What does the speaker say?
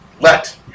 let